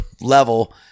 level